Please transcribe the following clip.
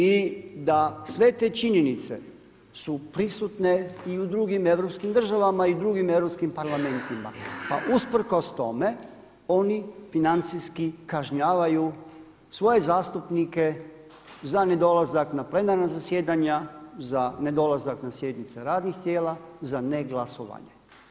I da sve te činjenice su prisutne i u drugim europskim državama i u drugim europskim parlamentima pa usprkos tome oni financijski kažnjavaju svoje zastupnike za nedolazak na plenarna zasjedanja, za nedolazak na sjednicu radnih tijela, za ne glasovanje.